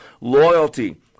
Loyalty